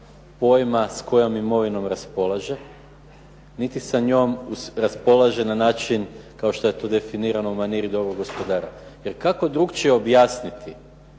pojma s kojom imovinom raspolaže niti sa njom raspolaže na način kao što je to tu definirano u maniri dobrog gospodara. Jer kako drukčije objasniti